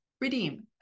Redeem